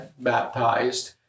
baptized